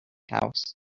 house